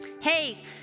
Hey